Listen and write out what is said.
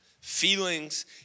Feelings